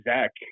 Zach